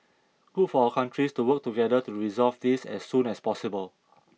good for our countries to work together to resolve this as soon as possible